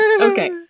Okay